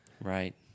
Right